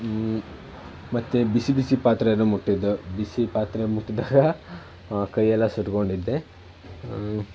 ಮತ್ತು ಬಿಸಿ ಬಿಸಿ ಪಾತ್ರೆಯನ್ನು ಮುಟ್ಟಿದ್ದು ಬಿಸಿ ಪಾತ್ರೆ ಮುಟ್ಟಿದಾಗ ಕೈಯೆಲ್ಲ ಸುಟ್ಕೊಂಡಿದ್ದೆ